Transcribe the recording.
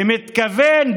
במתכוון?